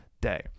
day